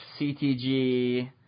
CTG